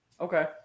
Okay